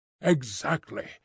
Exactly